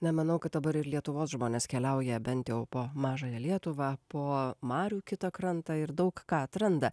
nemanau kad dabar ir lietuvos žmonės keliauja bent jau po mažąją lietuvą po marių kitą krantą ir daug ką atranda